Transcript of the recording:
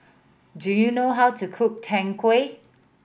do you know how to cook Tang Yuen